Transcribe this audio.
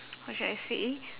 how should I say